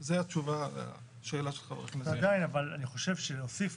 אבל עדיין, אני חושב שלהוסיף